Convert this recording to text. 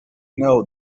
know